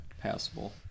passable